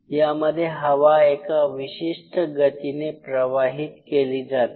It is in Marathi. यामध्ये हवा एका विशिष्ट गतीने प्रवाहित केली जाते